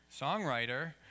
songwriter